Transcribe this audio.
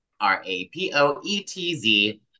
r-a-p-o-e-t-z